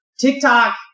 TikTok